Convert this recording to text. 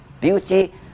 Beauty